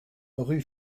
rue